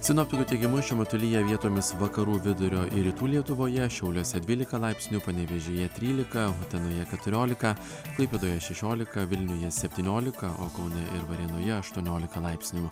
sinoptikų teigimu šiuo metu lyja vietomis vakarų vidurio ir rytų lietuvoje šiauliuose dvylika laipsnių panevėžyje trylika utenoje keturiolika klaipėdoje šešiolika vilniuje septyniolika o kaune varėnoje aštuoniolika laipsnių